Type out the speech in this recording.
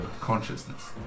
consciousness